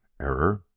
error?